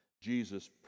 Jesus